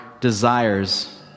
desires